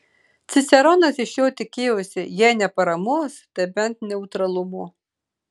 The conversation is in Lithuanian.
ciceronas iš jo tikėjosi jei ne paramos tai bent neutralumo